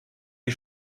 die